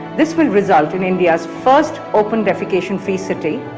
this will result in india's first open defecation-free city,